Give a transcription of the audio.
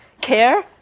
care